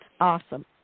awesome